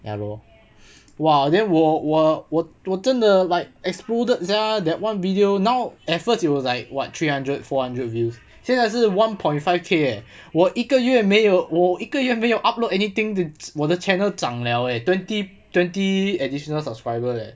ya lor !wah! then 我我我我真的 like exploded sia that one video now at first it was like what three hundred four hundred views 现在是 one point five K eh 我一个月没有我一个月没有 upload anything to 我的 channel 长 liao eh twenty twenty additional subscriber leh